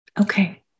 Okay